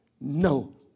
no